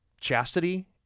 chastity